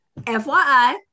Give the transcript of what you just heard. fyi